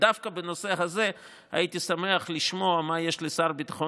ודווקא בנושא הזה הייתי שמח לשמוע מה יש לשר לביטחון